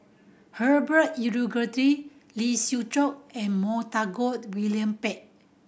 Herbert Lee Siew Choh and Montague William Pett